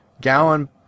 gallon